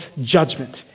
judgment